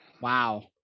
wow